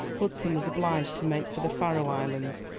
hudson was obliged to make for the faroe islands,